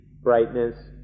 brightness